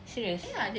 serious